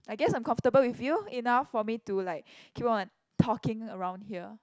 I guess I'm comfortable with you enough for me to like keep on talking around here